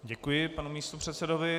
Děkuji panu místopředsedovi.